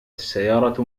السيارة